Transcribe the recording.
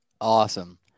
Awesome